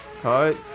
Hi